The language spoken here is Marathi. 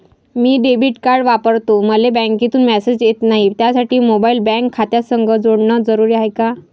मी डेबिट कार्ड वापरतो मले बँकेतून मॅसेज येत नाही, त्यासाठी मोबाईल बँक खात्यासंग जोडनं जरुरी हाय का?